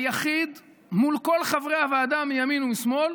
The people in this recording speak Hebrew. היחיד מול כל חברי הוועדה, מימין ומשמאל.